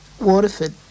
Waterford